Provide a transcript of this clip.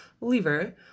liver